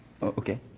Okay